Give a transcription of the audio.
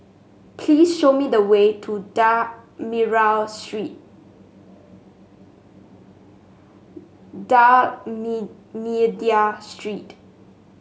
please show me the way to D'Almeida Street